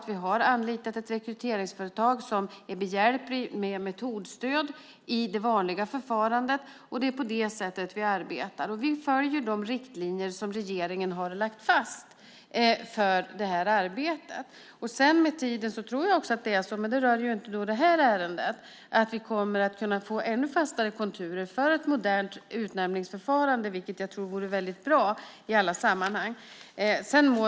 Vi har anlitat ett rekryteringsföretag som är behjälpligt med metodstöd i det vanliga förfarandet. Det är på det sättet vi arbetar. Vi följer de riktlinjer som regeringen har lagt fast för det här arbetet. Med tiden kommer vi - även om det inte rör det här ärendet - att få ännu fastare konturer för ett modernt utnämningsförfarande, vilket jag tror skulle vara väldigt bra i alla sammanhang.